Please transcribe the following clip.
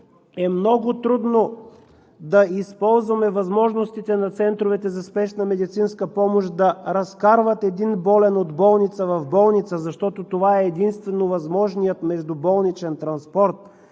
е много трудно да използваме възможностите на центровете за спешна медицинска помощ да разкарват един болен от болница в болница, защото това е единствено възможният междуболничен транспорт